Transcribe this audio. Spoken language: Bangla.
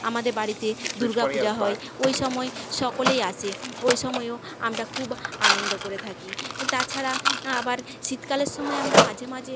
আমাদের বাড়িতে দুর্গা পূজা হয় ওই সময় সকলেই আসে ওই সময়ও আমরা খুব আনন্দ করে থাকি তাছাড়া আবার শীতকালের সমায় আমরা মাঝে মাঝে